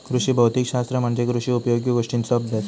कृषी भौतिक शास्त्र म्हणजे कृषी उपयोगी गोष्टींचों अभ्यास